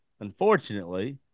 Unfortunately